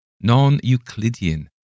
non-Euclidean